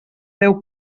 deu